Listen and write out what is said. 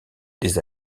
des